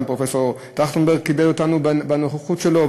גם פרופסור טרכטנברג כיבד אותנו בנוכחות שלו,